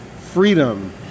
freedom